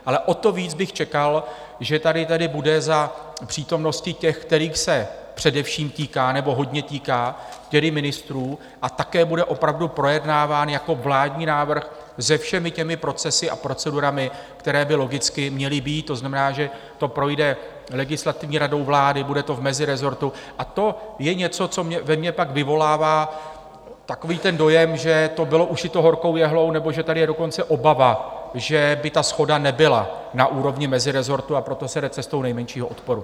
Ale o to víc bych čekal, že tady bude za přítomnosti těch, kterých se především týká nebo hodně týká, tedy ministrů, a také bude opravdu projednáván jako vládní návrh se všemi procesy a procedurami, které by logicky měly být, to znamená, že to projde Legislativní radou vlády, bude to v mezirezortu, a to je něco, co ve mně pak vyvolává dojem, že to bylo ušito horkou jehlou, nebo že tady je dokonce obava, že by ta shoda nebyla na úrovni mezirezortu, a proto se jde cestou nejmenšího odporu.